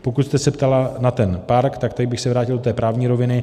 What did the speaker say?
Pokud jste se ptala na ten park, tak tady bych se vrátil do té právní roviny.